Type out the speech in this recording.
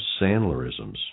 Sandlerisms